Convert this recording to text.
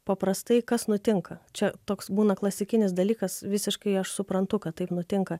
paprastai kas nutinka čia toks būna klasikinis dalykas visiškai aš suprantu kad taip nutinka